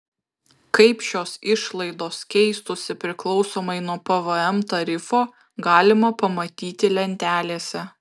kaip šios išlaidos keistųsi priklausomai nuo pvm tarifo galima pamatyti lentelėse